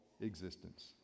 existence